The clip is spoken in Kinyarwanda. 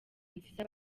nziza